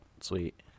sweet